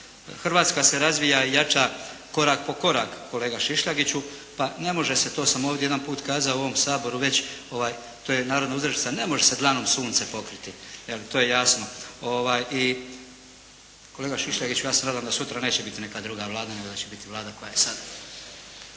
Hrvatska se razvija i jača korak po korak, kolega Šišljagicu, a ne može se, to sam ovdje jedan put kazao u ovom Saboru već to je naravno uzrečica, "ne može se dlanom sunce pokriti", je li to je jasno. I kolega Šišljagicu ja se nadam da sutra neće biti neka druga Vlada nego da će biti Vlada koja je sada.